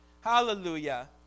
Hallelujah